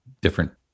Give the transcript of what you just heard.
different